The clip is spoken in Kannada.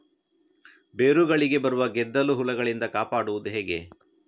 ಬೇರುಗಳಿಗೆ ಬರುವ ಗೆದ್ದಲು ಹುಳಗಳಿಂದ ಕಾಪಾಡುವುದು ಹೇಗೆ?